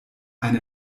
ein